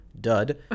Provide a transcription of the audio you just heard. dud